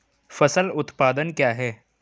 फसल उत्पादन क्या है?